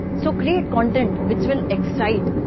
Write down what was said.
so create content which will excite,